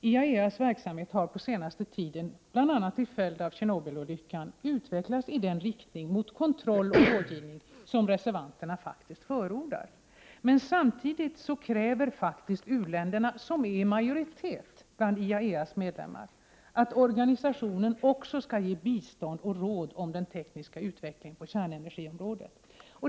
IAEA:s verksamhet har på senaste tid, bl.a. till följd av Tjernobyl-olyckan, utvecklats i den riktning mot kontroll och rådgivning beträffande säkerheten i kärnkraftsanläggningar som reservanterna förordar. Men samtidigt kräver u-länderna, som är i majoritet bland IAEA:s medlemmar, att organisationen också skall ge bistånd och råd om den tekniska utvecklingen på kärnenergiområdet.